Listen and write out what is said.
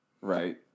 Right